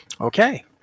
Okay